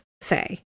say